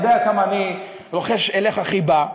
אתה יודע כמה אני רוחש לך חיבה,